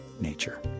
nature